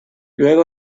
luego